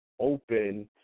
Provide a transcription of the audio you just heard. open